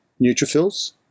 Neutrophils